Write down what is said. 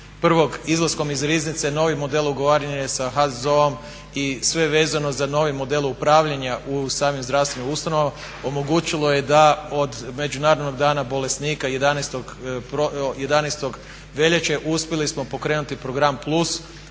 1.1. izlaskom iz riznice novi model ugovaranja je sa HZZO-om i sve vezano za novi model upravljanja u samim zdravstvenim ustanovama omogućilo je da od međunarodnog dana bolesnika 11. veljače uspjeli smo pokrenuti program plus